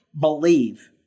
believe